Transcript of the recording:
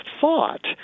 thought